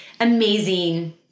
amazing